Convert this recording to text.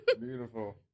Beautiful